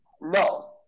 No